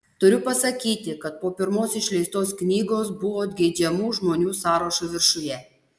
turiu pasakyti kad po pirmos išleistos knygos buvot geidžiamų žmonių sąrašo viršuje